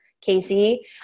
Casey